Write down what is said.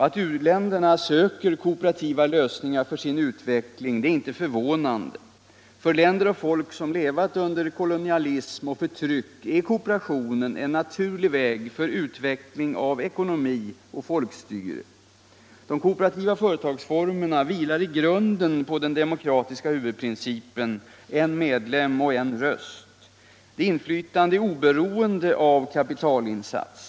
Att u-länderna söker kooperativa lösningar för sin utveckling är inte förvånande. För länder och folk som levat under kolonialism och förtryck är kooperationen en naturlig väg för utveckling av ekonomi och folkstyre. De kooperativa företagsformerna vilar i grunden på den demokratiska huvudprincipen — en medlem, en röst. Detta inflytande är oberoende av kapitalinsats.